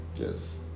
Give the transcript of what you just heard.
yes